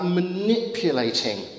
manipulating